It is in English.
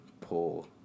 pull